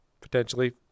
potentially